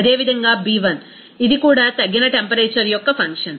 అదేవిధంగా B1 ఇది కూడా తగ్గిన టెంపరేచర్ యొక్క ఫంక్షన్